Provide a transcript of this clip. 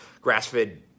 grass-fed